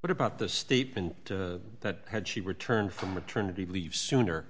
what about the statement that had she returned from maternity leave sooner